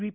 V